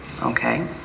Okay